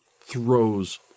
throws